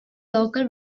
local